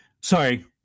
sorry